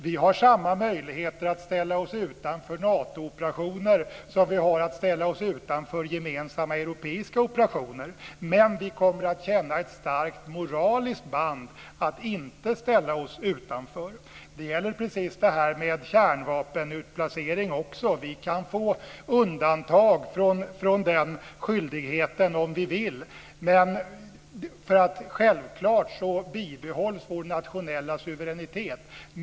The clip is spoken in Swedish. Vi har samma möjligheter att ställa oss utanför Natooperationer som vi har att ställa oss utanför gemensamma europeiska operationer. Men vi kommer att känna ett starkt moraliskt band att inte ställa oss utanför. Det gäller också det här med kärnvapenutplacering. Vi kan få undantag från den skyldigheten om vi vill. Självklart bibehålls vår nationella suveränitet.